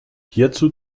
hierzu